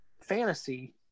fantasy